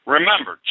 Remember